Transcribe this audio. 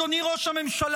אדוני ראש הממשלה,